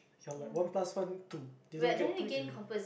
you're like one plus one two this one get three get it wrong